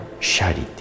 charity